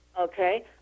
Okay